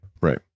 Right